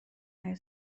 های